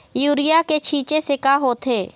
Urea के छींचे से का होथे?